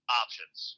options